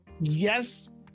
Yes